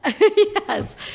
Yes